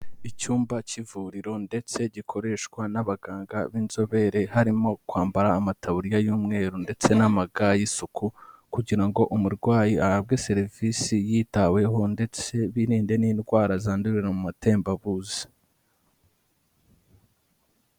Icyumba cy'ivuriro ndetse gikoreshwa n'abaganga b'inzobere harimo kwambara amatabuririya y'umweru ndetse n'amaga y'isuku kugira ngo umurwayi ahabwe serivisi yitaweho ndetse biririnde n'indwara zandurira mu matembabuzi.